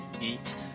Eat